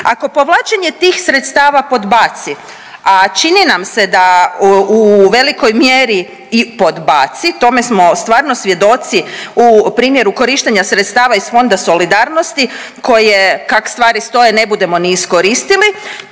Ako povlačenje tih sredstava podbaci, a čini nam se da u velikoj mjeri i podbaci tome smo stvarno svjedoci u primjeru korištenja sredstava iz Fonda solidarnosti koje kak stvari stoje ne budemo ni iskoristili,